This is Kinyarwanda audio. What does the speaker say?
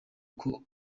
uko